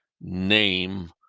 name